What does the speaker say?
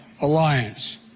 alliance